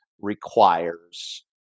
requires